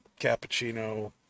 cappuccino